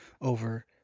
over